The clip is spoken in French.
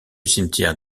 cimetière